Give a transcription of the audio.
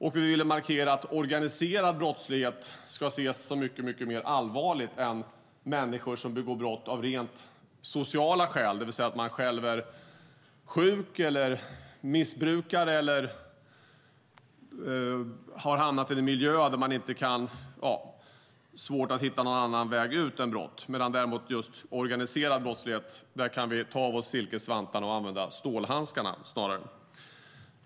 Vi ville också markera att organiserad brottslighet ska ses som mycket mer allvarlig än människor som begår brott av rent sociala skäl, det vill säga att man själv är sjuk eller missbrukare eller har hamnat i en miljö där man har svårt att hitta någon annan väg ut än brott. Däremot kan vi beträffande just organiserad brottslighet ta av oss silkesvantarna och snarare använda stålhandskarna.